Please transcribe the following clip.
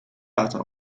laten